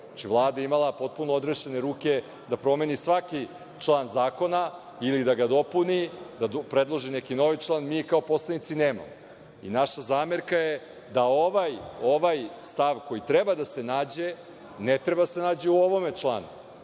Vlada je imala potpuno odrešene ruke da promeni svaki član zakona ili da ga dopuni, da predloženi neki novi član, a mi kao poslanici nemamo. Naša zamerka je da ovaj stav koji treba da se nađe, ne treba da se nađe u ovome članu,